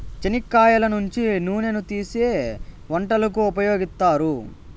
చెనిక్కాయల నుంచి నూనెను తీసీ వంటలకు ఉపయోగిత్తారు